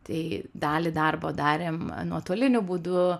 tai dalį darbo darėm nuotoliniu būdu